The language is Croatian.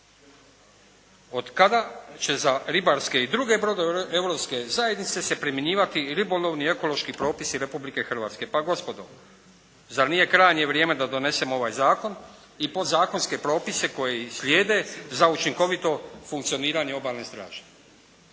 od kada će za ribarske i druge brodove Europske zajednice se primjenjivati ribolovni ekološki propisi Republike Hrvatske? Pa gospodo zar nije krajnje vrijeme da donesemo ovaj zakon i podzakonske propise koji slijede za učinkovito funkcioniranje Obalne straže.